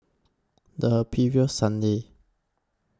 The previous Sunday